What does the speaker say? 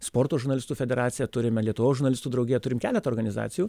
sporto žurnalistų federaciją turime lietuvos žurnalistų draugiją turim keletą organizacijų